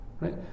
right